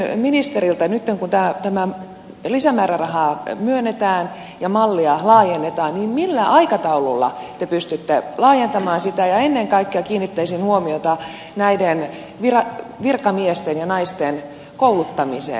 kysyisin ministeriltä kun tämä lisämääräraha nyt myönnetään ja mallia laajennetaan millä aikataululla te pystytte laajentamaan sitä ja ennen kaikkea kiinnittäisin huomiota näiden virkamiesten ja naisten kouluttamiseen